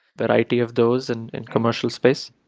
their idea of those and and commercial space.